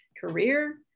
career